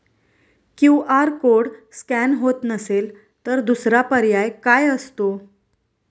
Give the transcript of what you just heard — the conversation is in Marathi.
क्यू.आर कोड स्कॅन होत नसेल तर दुसरा पर्याय काय असतो?